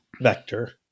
vector